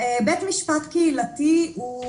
בית משפט קהילתי הוא